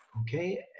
Okay